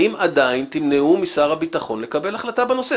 האם עדיין תמנעו משר הביטחון לקבל החלטה בנושא?